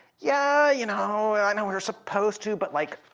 yeah, you know, i know we were supposed to, but like,